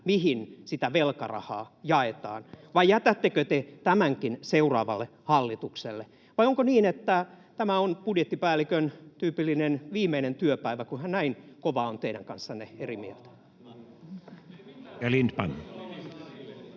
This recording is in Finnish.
mihin sitä velkarahaa jaetaan, vai jätättekö te tämänkin seuraavalle hallitukselle? Vai onko niin, että tämä on budjettipäällikön tyypillinen viimeinen työpäivä, kun hän näin kovaa on teidän kanssanne eri mieltä?